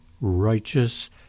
righteous